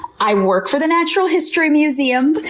i work for the natural history museum,